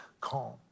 calm